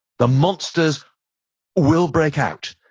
the monsters will break out.